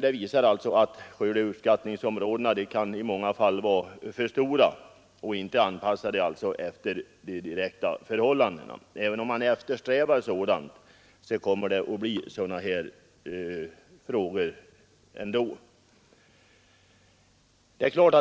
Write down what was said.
visar att skördeuppskattningsområdena i många fall kan vara för stora och inte anpassade efter de direkta förhållandena. Även om man eftersträvar att uppnå en förbättring, uppstår ändå sådana problem.